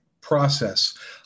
process